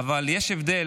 אבל עמית,